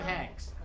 Hanks